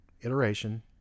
iteration